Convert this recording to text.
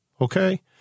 Okay